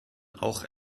auch